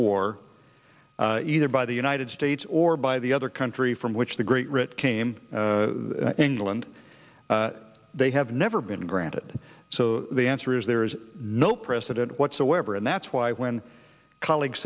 war either by the united states or by the other country from which the great writ came into law and they have never been granted so the answer is there is no precedent whatsoever and that's why when colleagues